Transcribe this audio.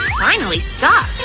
finally stopped!